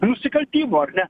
nusikaltimų ar ne